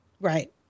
Right